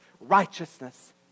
righteousness